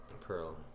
Pearl